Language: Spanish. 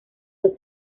dos